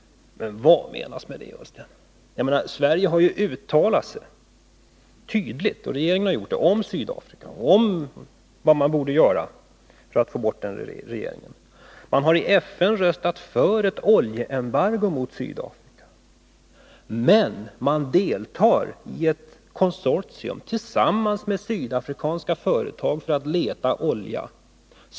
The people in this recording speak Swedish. Men vad menas med det, herr Ullsten? Sverige — och den svenska regeringen — har ju uttalat sig tydligt om Sydafrika och om vad man borde göra för att få bort dess regering. Man har i FN röstat för ett oljeembargo mot Sydafrika. Men man deltar i ett konsortium tillsammans med sydafrikanska företag för att leta olja.